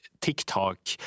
TikTok